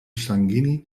sanguini